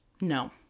No